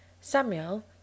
Samuel